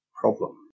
problem